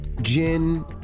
gin